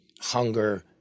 hunger